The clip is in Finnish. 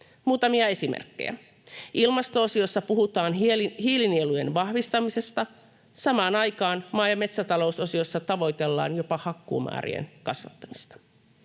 Muutamia esimerkkejä: Ilmasto-osiossa puhutaan hiilinielujen vahvistamisesta, samaan aikaan maa- ja metsätalousosiossa tavoitellaan jopa hakkuumäärien kasvattamista.